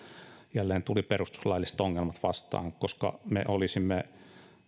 jälleen tulivat perustuslailliset ongelmat vastaan me olisimme